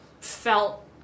felt